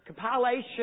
compilation